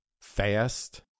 fast